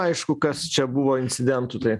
aišku kas čia buvo incidentų tai